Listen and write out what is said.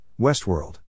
Westworld